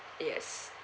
yes